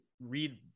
read